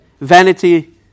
vanity